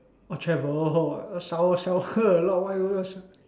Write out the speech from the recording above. oh travel I heard shower shower I thought why you want show~